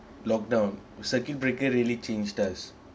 lockdown circuit breaker really changed us